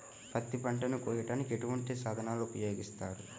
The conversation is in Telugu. పత్తి పంటను కోయటానికి ఎటువంటి సాధనలు ఉపయోగిస్తారు?